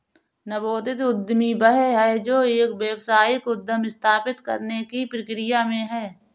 नवोदित उद्यमी वह है जो एक व्यावसायिक उद्यम स्थापित करने की प्रक्रिया में है